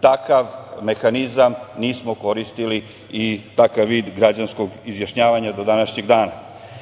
takav mehanizam nismo koristili i takav vid građanskog izjašnjavanja do današnjeg